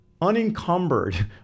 unencumbered